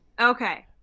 okay